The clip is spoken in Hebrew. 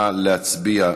מסכים,